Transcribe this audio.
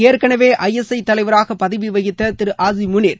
ஏற்கனவே I S I தலைவராக பதிவி வகித்த திரு ஆஸிம் முனிர்